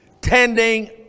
tending